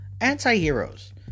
Anti-heroes